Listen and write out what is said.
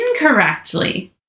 incorrectly